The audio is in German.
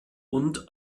und